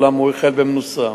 אולם הוא החל במנוסה.